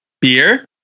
beer